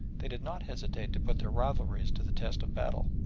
they did not hesitate to put their rivalries to the test of battle.